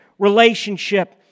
relationship